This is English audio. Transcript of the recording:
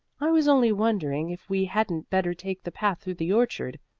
i was only wondering if we hadn't better take the path through the orchard.